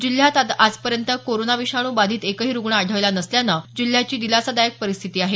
जिल्ह्यात आजपर्यंत कोरोना विषाणू बाधित एकही रुग्ण आढळला नसल्यानं जिल्ह्याची दिलासादायक परिस्थिती आहे